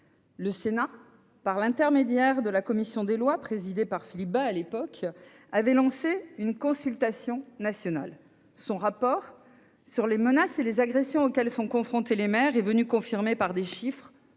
Le Sénat, par l'intermédiaire de la commission des lois, présidée à l'époque par Philippe Bas, avait lancé une consultation nationale. Son rapport sur les menaces et les agressions auxquelles sont confrontés les maires est venu confirmer par des chiffres